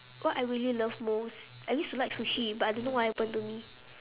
what I really love most I used to like sushi but I don't know what happen to me